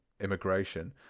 immigration